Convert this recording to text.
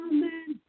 Amen